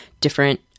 different